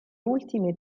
ultime